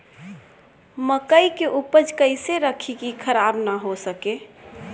मकई के उपज कइसे रखी की खराब न हो सके?